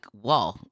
whoa